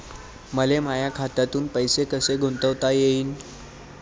मले माया खात्यातून पैसे कसे गुंतवता येईन?